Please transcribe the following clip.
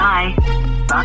Bye